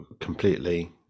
completely